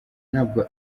ntabwo